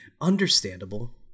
understandable